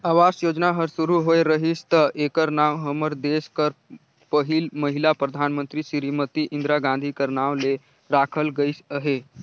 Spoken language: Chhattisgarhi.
आवास योजना हर सुरू होए रहिस ता एकर नांव हमर देस कर पहिल महिला परधानमंतरी सिरीमती इंदिरा गांधी कर नांव ले राखल गइस अहे